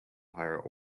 higher